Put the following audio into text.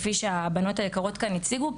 כפי שהבנות היקרות כאן הציגו,